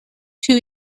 two